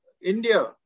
India